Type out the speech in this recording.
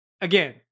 again